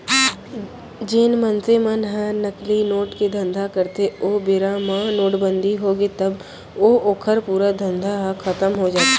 जेन मनसे मन ह नकली नोट के धंधा करथे ओ बेरा म नोटबंदी होगे तब तो ओखर पूरा धंधा ह खतम हो जाथे